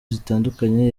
zitandukanye